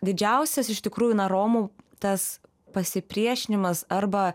didžiausias iš tikrųjų na romų tas pasipriešinimas arba